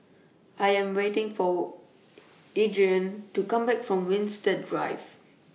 I Am waiting For Iridian to Come Back from Winstedt Drive